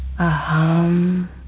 Aham